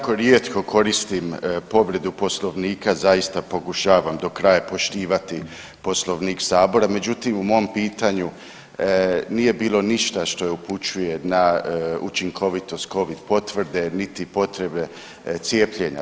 Evo jako rijetko koristim povredu Poslovnika, zaista pokušavam do kraja poštivati Poslovnik sabora, međutim u mom pitanju nije bilo ništa što upućuje na učinkovitost covid potvrde, niti potrebe cijepljenja.